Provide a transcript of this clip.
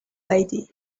lady